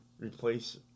replace